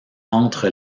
entre